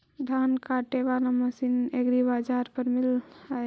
धान काटे बाला मशीन एग्रीबाजार पर मिल है का?